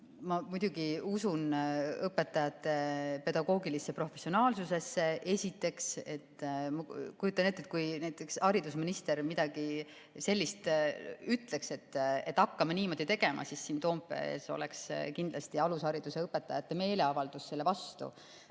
Ma muidugi usun õpetajate pedagoogilisse professionaalsusesse, esiteks. Ma kujutan ette, et kui näiteks haridusminister midagi sellist ütleks, et hakkame niimoodi tegema, siis siin Toompea lossi ees oleks kindlasti alushariduse õpetajate meeleavaldus selle vastu,